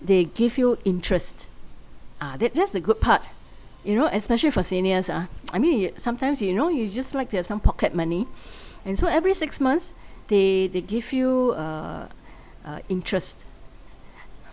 they give you interest ah that that's the good part you know especially for seniors ah I mean you sometimes you know you just like to have some pocket money and so every six months they they give you uh uh interest